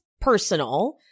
personal